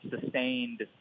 sustained